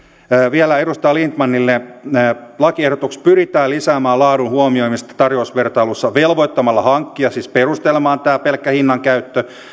vielä edustaja lindtmanille lakiehdotuksessa pyritään lisäämään laadun huomioimista tarjousvertailussa velvoittamalla hankkija siis perustelemaan tämä pelkkä hinnan käyttö